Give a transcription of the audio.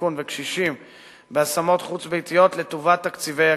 בסיכון וקשישים בהשמות חוץ-ביתיות לטובת תקציבי הקהילה.